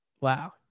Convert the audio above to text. Wow